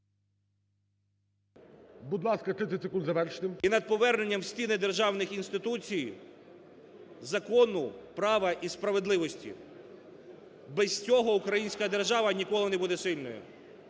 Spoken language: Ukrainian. Будь ласка, 30 секунд завершити. ПЕТРЕНКО П.Д. І над поверненням в стіни державних інституцій закону, права і справедливості. Без цього українська держава ніколи не буде сильною.